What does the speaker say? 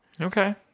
Okay